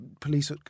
police